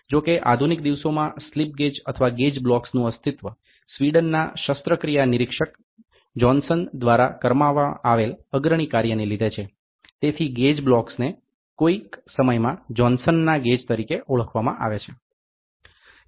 જો કે આધુનિક દિવસોમાં સ્લિપ ગેજ અથવા ગેજ બ્લોક્સનું અસ્ત્તિત્વ સ્વીડનના શસ્ત્રક્રિયા નિરીક્ષક જોહાનસન દ્વારા કરવામાં આવેલ અગ્રણી કાર્યને લીધે છે તેથી ગેજ બ્લોકને કોઈક સમયમાં જોહાનસનના ગેજ તરીકે ઓળખવામાં આવે છે